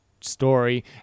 story